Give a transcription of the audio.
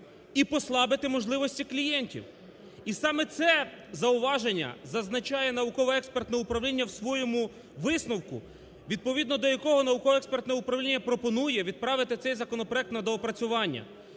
і послабити можливості клієнтів. І саме це зауваження зазначає науково-експертне управління в своєму висновку, відповідно до якого науково-експертне управління пропонує відправити цей законопроект на доопрацювання.